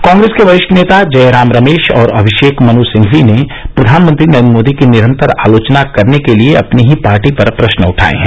कांग्रेस के वरिष्ठ नेता जयराम रमेश और अमिषेक मनु सिंघवी ने प्रधानमंत्री नरेन्द्र मोदी की निरन्तर आलोचना करने के लिए अपनी ही पार्टी पर प्रश्न उठाए हैं